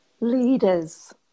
leaders